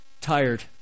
tired